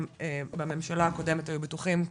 גם בממשלה הקודמת היו בטוחים,